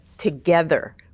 together